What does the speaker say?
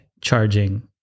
charging